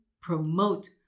promote